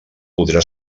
podrà